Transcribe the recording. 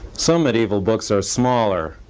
so medieval books are smaller,